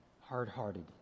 hard-hearted